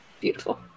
beautiful